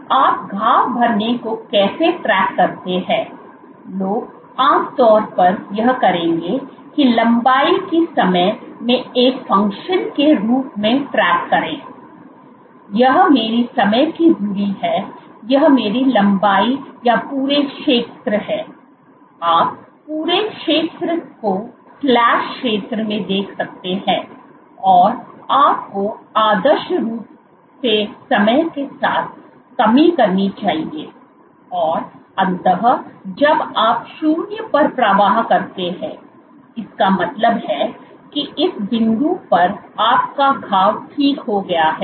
तो आप घाव भरने को कैसे ट्रैक करते हैं लोग आमतौर पर यह करेंगे की लंबाई को समय के एक फंक्शन के रूप में ट्रैक करें यह मेरी समय की धुरी है यह मेरी लंबाई या पूरे क्षेत्र है आप पूरे क्षेत्र को स्लैश क्षेत्र में देख सकते हैं और आपको आदर्श रूप से समय के साथ कमी करनी चाहिए और अंततः जब आप शून्य पर प्रहार करते हैं इसका मतलब है कि इस बिंदु पर आपका घाव ठीक हो गया है